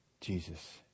Jesus